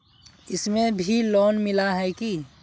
इसमें भी लोन मिला है की